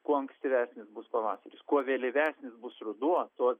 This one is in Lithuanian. kuo ankstyvesnis bus pavasaris kuo vėlyvesnis bus ruduo tuo